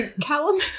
Callum